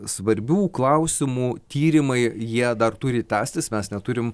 svarbių klausimų tyrimai jie dar turi tęstis mes neturim